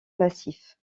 massif